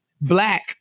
Black